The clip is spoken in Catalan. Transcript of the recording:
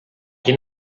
qui